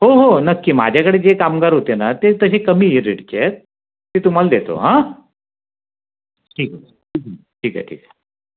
हो हो नक्की माझ्याकडे जे कामगार होते ना तेच तसे हे कमी रेटचे आहेत ते तुम्हाला देतो ठीके ठीके ठीके